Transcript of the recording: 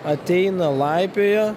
ateina laipioja